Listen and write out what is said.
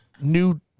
new